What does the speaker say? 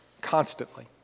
constantly